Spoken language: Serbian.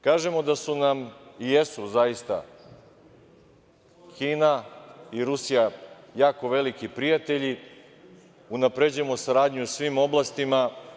Kažemo da su nam, i jesu, zaista, Kina i Rusija jako veliki prijatelji, unapređujemo saradnju u svim oblastima.